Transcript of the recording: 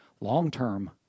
long-term